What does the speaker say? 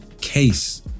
case